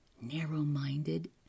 narrow-minded